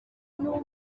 n’umwana